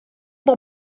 der